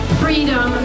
freedom